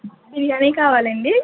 ఏం కావాలండి